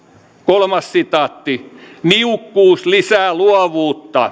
kolmas sitaatti niukkuus lisää luovuutta